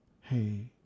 Hey